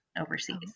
overseas